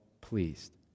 pleased